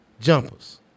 jumpers